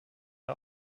der